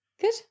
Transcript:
Good